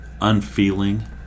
unfeeling